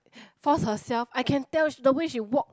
force herself I can tell the way she walk